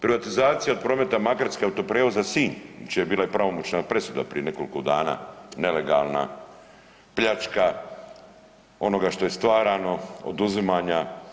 Privatizacija “Prometa“ makarskog autoprijevoza Sinj, jučer je bila pravomoćna presuda prije nekoliko dana nelegalna pljačka onoga što je stvarno, oduzimanja.